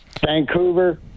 Vancouver